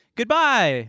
Goodbye